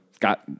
got